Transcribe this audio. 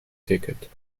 ticket